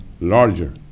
larger